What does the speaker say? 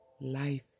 Life